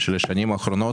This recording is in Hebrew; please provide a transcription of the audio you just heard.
של השנים האחרונות,